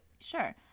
sure